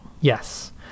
Yes